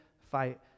fight